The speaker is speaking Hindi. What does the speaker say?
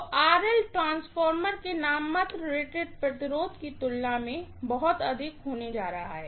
तो ट्रांसफार्मर के नाममात्र रेटेड रेजिस्टेंस की तुलना में बहुत अधिक होने जा रहा है